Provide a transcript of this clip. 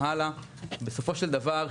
בסופו של דבר,